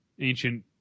ancient